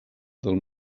del